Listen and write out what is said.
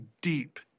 deep